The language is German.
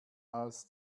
als